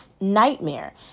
nightmare